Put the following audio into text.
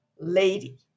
Lady